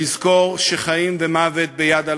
לזכור שחיים ומוות ביד הלשון,